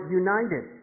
united